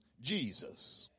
Jesus